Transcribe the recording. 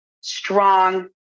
strong